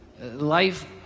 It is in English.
Life